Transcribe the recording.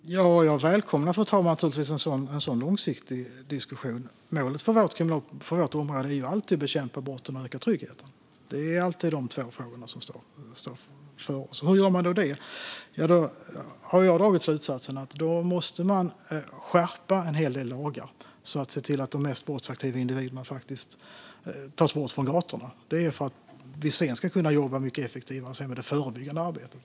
Fru talman! Jag välkomnar naturligtvis en sådan långsiktig diskussion. Målet för vårt område är ju alltid att bekämpa brotten och att öka tryggheten - det är alltid dessa två frågor som står framför oss. Hur gör man då detta? Jag har dragit slutsatsen att man måste skärpa en hel del lagar för att se till att de mest brottsaktiva individerna tas bort från gatorna och för att vi sedan ska kunna jobba mycket effektivare med det förebyggande arbetet.